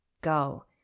go